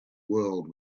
world